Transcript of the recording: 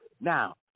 Now